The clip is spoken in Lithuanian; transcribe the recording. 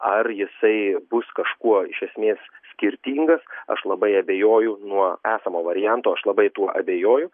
ar jisai bus kažkuo iš esmės skirtingas aš labai abejoju nuo esamo varianto aš labai tuo abejoju